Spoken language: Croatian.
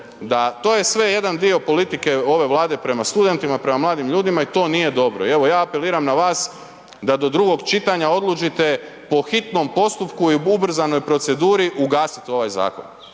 da to je sve jedan dio politike ove Vlade prema studentima, prema mladim ljudima i to nije dobro. Evo ja apeliram na vas da do drugog čitanja odlučite po hitnom postupku i ubrzanoj proceduri ugasit ovaj zakon.